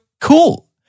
cool